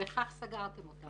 ובכך סגרתם אותה.